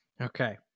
Okay